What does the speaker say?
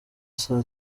saa